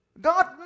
God